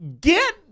Get